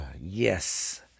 Yes